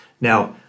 Now